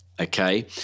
Okay